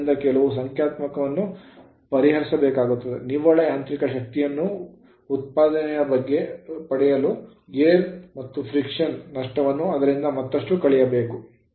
ಆದ್ದರಿಂದ ಕೆಲವು ಸಂಖ್ಯಾತ್ಮಕವನ್ನು ಪರಿಹರಿಸಲಾಗುತ್ತದೆ ನಿವ್ವಳ ಯಾಂತ್ರಿಕ ಶಕ್ತಿಯ ಉತ್ಪಾದನೆಯನ್ನು ಪಡೆಯಲು air ಗಾಳಿ ಮತ್ತು friction ಘರ್ಷಣೆ ನಷ್ಟವನ್ನು ಅದರಿಂದ ಮತ್ತಷ್ಟು ಕಳೆಯಬೇಕು